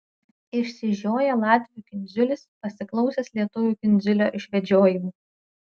išsižioja latvių kindziulis pasiklausęs lietuvių kindziulio išvedžiojimų